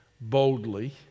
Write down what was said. boldly